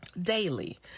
daily